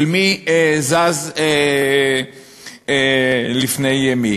של מי זז לפני מי.